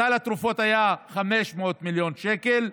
סל התרופות היה 500 מיליון שקל,